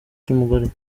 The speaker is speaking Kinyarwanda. cy’umugore